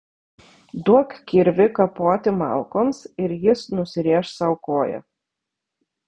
duok kirvį kapoti malkoms ir jis nusirėš sau koją